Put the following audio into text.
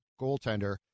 goaltender